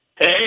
Hey